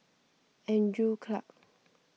Andrew Clarke